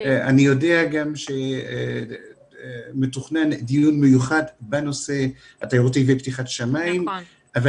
אני יודע גם שמתוכנן דיון מיוחד בנושא התיירות ופתיחת השמיים אבל